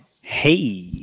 Hey